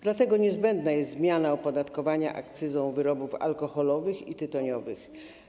Dlatego niezbędna jest zmiana opodatkowania akcyzą wyrobów alkoholowych i tytoniowych.